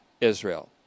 Israel